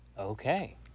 Okay